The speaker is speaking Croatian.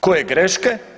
Koje greške?